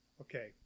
Okay